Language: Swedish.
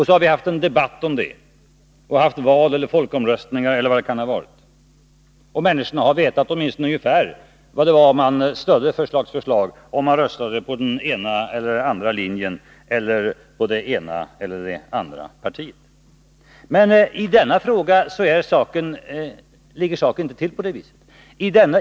Så har vi haft en debatt om detta, hållit val, folkomröstning eller vad det kan ha varit, och människorna har vetat åtminstone ungefär vad det var för slags förslag man stödde, om man röstade på den ena eller den andra linjen eller på det ena eller det andra partiet. Men i denna fråga ligger saken inte till på det viset.